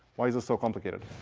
why is so complicated?